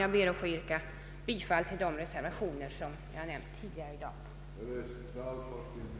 Jag vidhåller mina yrkanden om bifall till de reservationer som jag tidigare i dag har talat för.